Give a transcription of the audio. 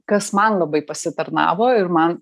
kas man labai pasitarnavo ir man